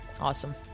Awesome